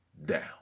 down